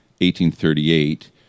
1838